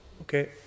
Okay